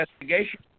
investigation